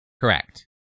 Correct